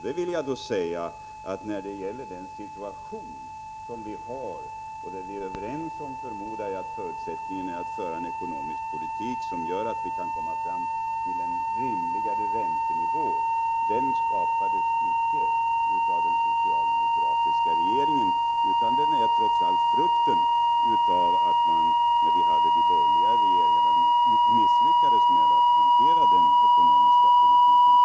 Den nuvarande situationen — och där förmodar jag att vi är överens om att förutsättningen för en ändring är att föra en ekonomisk politik som gör att vi kan komma fram till en rimligare räntenivå — skapades icke av den socialdemokratiska regeringen, utan den är trots allt frukten av att de borgerliga regeringarna misslyckades med att hantera den ekonomiska politiken på ett bra sätt.